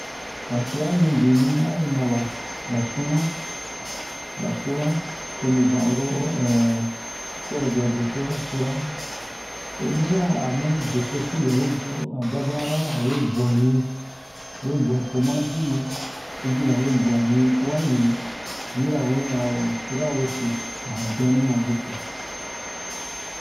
ba tua mibini ayi maba ba sunu ba sura tomu zan oro sɛro juwa doso sura oyi mina amu besosi bɛ we jio a baba arana awe buwa ɲi we buwa pomadi ubien we buwa ɲi uwaɲi yirawe a'o sura wese a han dɛnu na wese